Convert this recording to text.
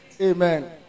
amen